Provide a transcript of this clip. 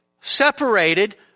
separated